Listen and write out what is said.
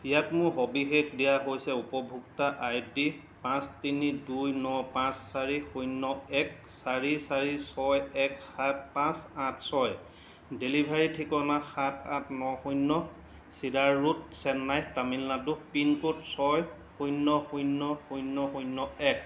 ইয়াত মোৰ সবিশেষ দিয়া হৈছে উপভোক্তা আই ডি পাঁচ তিনি দুই ন পাঁচ চাৰি শূন্য এক চাৰি চাৰি ছয় এক সাত পাঁচ আঠ ছয় ডেলিভাৰীৰ ঠিকনা সাত আঠ ন শূন্য cedar road Chennai Tamil Nadu pincode ছয় শূন্য শূন্য শূন্য শূন্য এক